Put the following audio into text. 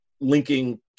linking